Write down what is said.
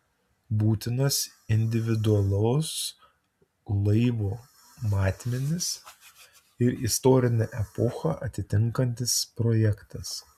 būtinas individualus laivo matmenis ir istorinę epochą atitinkantis projektas